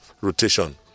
rotation